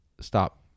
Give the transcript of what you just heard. Stop